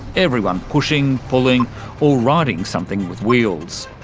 everyone pushing, pulling or riding something with wheels.